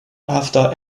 after